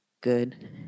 Good